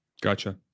gotcha